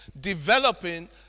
developing